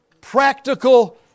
Practical